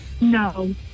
No